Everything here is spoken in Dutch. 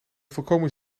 volkomen